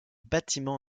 bâtiments